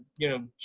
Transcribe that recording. you know,